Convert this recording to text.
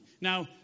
Now